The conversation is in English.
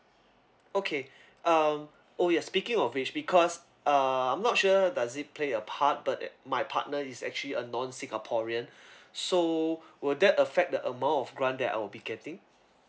okay um oh yes speaking of which because uh I'm not sure does it play a part but that my partner is actually a non singaporean so will that affect the amount of grant that I'll be getting